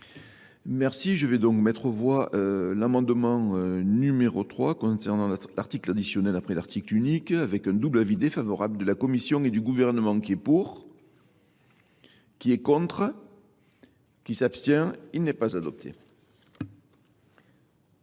Merci. Je vais donc mettre au voie l'amendement numéro 3 concernant l'article additionnel après l'article unique avec un double AVD favorable de la Commission et du gouvernement qui est pour, qui est contre, qui s'abstient, il n'est pas adopté.